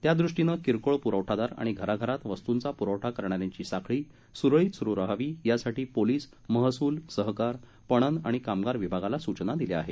त्यादृष्टीनं किरकोळ पुरवठादार आणि घराघरात वस्तुंचा पुरवठा करणाऱ्यांची साखळी सुरळीत सुरु राहावी यासाठी पोलीस महसूल सहकार पणन आणि कामगार विभागाला सूचना दिल्या आहेत